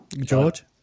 George